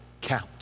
count